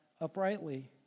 uprightly